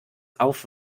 auf